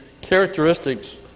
characteristics